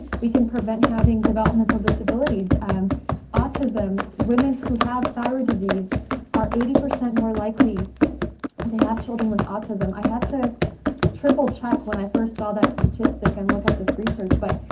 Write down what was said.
we can prevent having developmental disabilities um autism, women who have thyroid disease are eighty percent more likely to have children with autism. i had to triple check when i first saw that statistic and look at this research but,